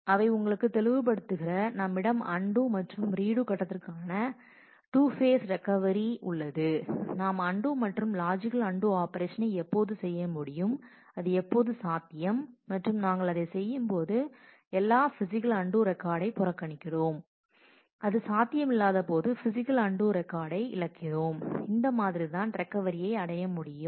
அவை உங்களுக்கு தெளிவுபடுத்துகின்றன நம்மிடம் அன்டூ மற்றும் ரீடு கட்டத்திற்கான 2 பேஸ் ரெக்கவரி உள்ளது நாம் அன்டூ மற்றும் லாஜிக்கல் அன்டூ ஆபரேஷனை எப்போது செய்ய முடியும் அது எப்போது சாத்தியம் மற்றும் நாங்கள் அதைச் செய்யும்போது எல்லா பிஸிக்கல் அன்டூ ரெக்கார்டை புறக்கணிக்கிறோம் அது சாத்தியமில்லாதபோது பிஸிக்கல் அன்டூ ரெக்கார்டை இழக்கிறோம் இந்த மாதிரி தான் ரெக்கவரியை அடைய முடியும்